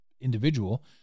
individual